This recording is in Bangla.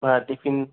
হ্যাঁ টিফিন